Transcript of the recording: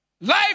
Life